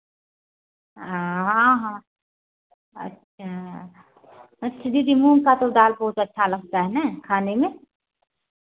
हाँ हाँ हाँ अच्छा अच्छा दीदी मूंग का तो दाल बहुत अच्छा लगता है ना खाने में